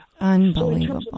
Unbelievable